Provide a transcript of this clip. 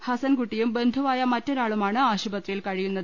ഹസൻകു ട്ടിയും ബന്ധുവായ മറ്റൊരാളുമാണ് ആശുപത്രിയിൽ കഴി യുന്നത്